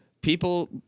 people